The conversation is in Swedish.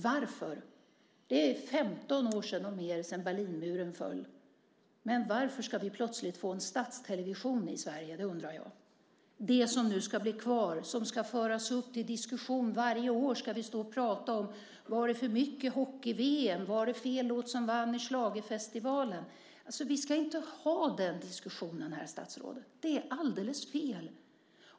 Det är mer än 15 år sedan Berlinmuren föll. Men varför ska vi plötsligt få en statstelevision i Sverige? Det undrar jag. Det som nu ska bli kvar ska föras upp till diskussion. Varje år ska vi stå och tala om huruvida det var för mycket hockey-VM eller om det var fel låt som vann i schlagerfestivalen. Vi ska inte ha den diskussionen här, statsrådet. Det är alldeles fel.